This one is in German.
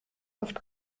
oft